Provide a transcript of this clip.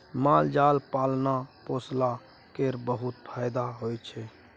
माल जाल पालला पोसला केर बहुत फाएदा होइ छै